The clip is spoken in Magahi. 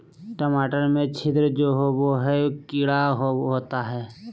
टमाटर में छिद्र जो होता है किडा होता है?